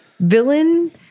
villain